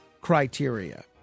criteria